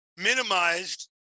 minimized